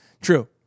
true